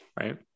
right